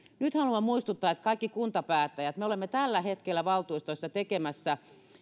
nyt haluan muistuttaa että me kaikki kuntapäättäjät olemme tällä hetkellä valtuustossa tekemässä